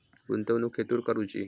गुंतवणुक खेतुर करूची?